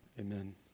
Amen